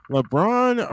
LeBron